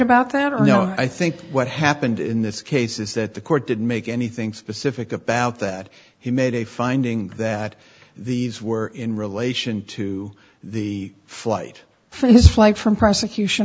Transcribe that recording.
about that and you know i think what happened in this case is that the court didn't make anything specific about that he made a finding that these were in relation to the flight for his flight from prosecution